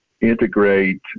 integrate